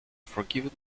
forgiven